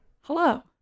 Hello